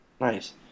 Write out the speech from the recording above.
Nice